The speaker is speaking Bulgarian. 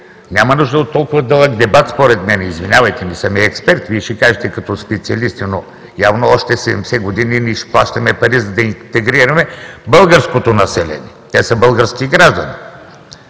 няма нужда от толкова дълъг дебат според мен. Извинявайте, не съм и експерт. Вие ще кажете като специалисти, но явно още 70 години ще плащаме пари, за да интегрираме българското население. Те са български граждани.